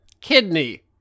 Kidney